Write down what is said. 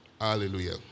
Hallelujah